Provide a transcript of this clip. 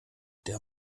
der